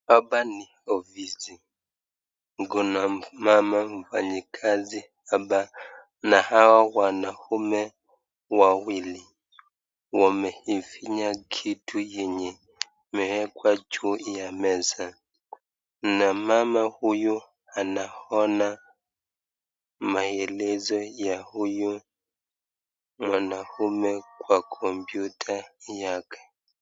Abani ofisi. Mgonam mama mfanyakazi hapa na hawa wanaume wawili wamefinya kitu yenye imewekwa juu ya meza. Na mama huyu anaona maelezo ya huyu mwanaume kwa kompyuta yake.